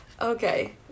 Okay